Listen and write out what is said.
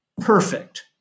perfect